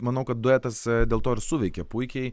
manau kad duetas dėl to ir suveikė puikiai